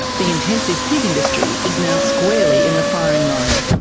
the intensive pig industry is now squarely in the firing line.